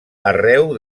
arreu